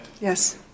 Yes